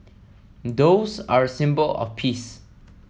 doves are a symbol of peace